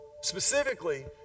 Specifically